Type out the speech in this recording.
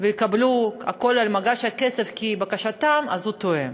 ויקבלו הכול על מגש הכסף כבקשתם, אז הוא טועה,